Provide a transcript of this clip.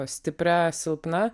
stipria silpna